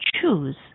choose